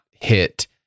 hit